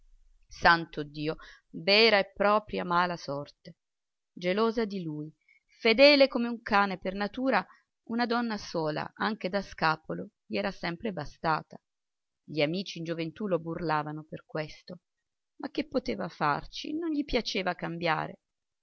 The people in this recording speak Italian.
santo dio vera e propria mala sorte gelosa di lui fedele come un cane per natura una donna sola anche da scapolo gli era sempre bastata gli amici in gioventù lo burlavano per questo ma che poteva farci non gli piaceva cambiare